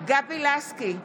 גבי לסקי,